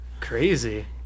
crazy